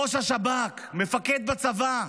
ראש השב"כ, מפקד בצבא,